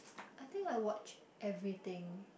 I think I watch everything